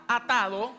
atado